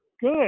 Good